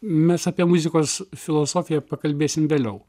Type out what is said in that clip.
mes apie muzikos filosofiją pakalbėsim vėliau